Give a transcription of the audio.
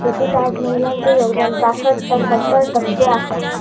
शेतीत आज महिलांचा योगदान पासट ता सत्तर टक्के आसा